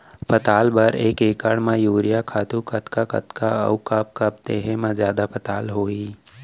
पताल बर एक एकड़ म यूरिया खातू कतका कतका अऊ कब कब देहे म जादा पताल होही?